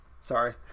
Sorry